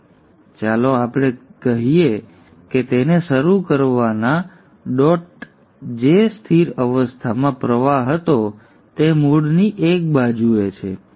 હવે ચાલો આપણે કહીએ કે તેને શરૂ કરવાના ડોટએ જે સ્થિર અવસ્થામાં પ્રવાહ હતો તે મૂળની એક બાજુએ છે